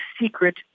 secret